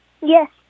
Yes